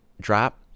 drop